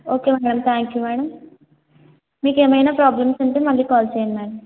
okay madam thank you madam మీకేమయినా problems ఉంటే మళ్ళీ కాల్ చెయ్యండి మేడం